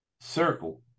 circle